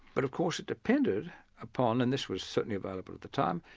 but of course it depended upon, and this was certainly available at the time,